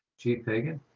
chief hagan?